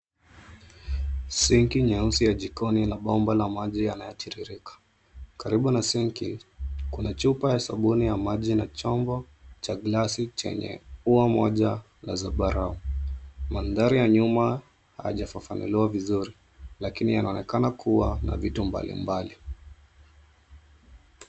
Sinki nyeusi ya jikoni na bomba la maji yanatiririka karibu na sinki kuna chupa ya sabuni ya maji na chombo cha glasi chenye ua moja la zambarau. Madhari ya nyuma haijafafanuliwa vizuri lakini yanaonekana kuwa na vitu mbali mbali.